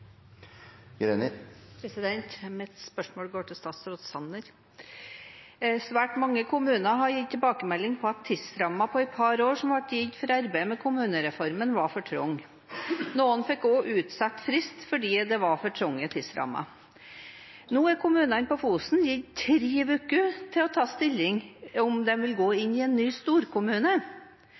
Mitt spørsmål går til statsråd Sanner. Svært mange kommuner har gitt tilbakemelding om at tidsrammen på et par år som ble gitt for arbeidet med kommunereformen, var for trang. Noen fikk også utsatt frist fordi det var for trange tidsrammer. Nå er kommunene på Fosen gitt tre uker til å ta stilling til om de vil gå inn i en ny storkommune.